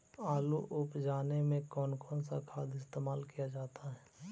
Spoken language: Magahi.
आलू उप जाने में कौन कौन सा खाद इस्तेमाल क्या जाता है?